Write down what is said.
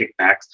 kickbacks